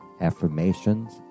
affirmations